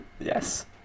Yes